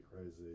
crazy